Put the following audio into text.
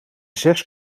zes